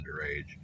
underage